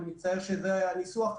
אני מצטער שזה הניסוח,